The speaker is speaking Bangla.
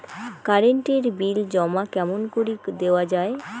কারেন্ট এর বিল জমা কেমন করি দেওয়া যায়?